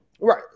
Right